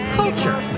culture